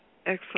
Excellent